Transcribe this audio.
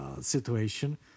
situation